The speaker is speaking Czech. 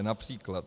Například.